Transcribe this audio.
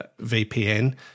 VPN